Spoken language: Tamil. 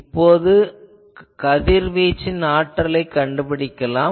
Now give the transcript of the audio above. இப்போது கதிர்வீச்சின் ஆற்றலைக் கண்டுபிடிக்கலாம்